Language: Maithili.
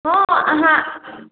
हँ अहाँ